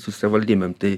su savivaldybėm tai